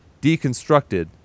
Deconstructed